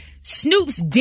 Snoop's